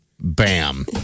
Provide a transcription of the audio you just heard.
bam